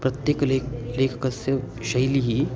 प्रत्येकस्य लेखकस्य लेखकस्य शैली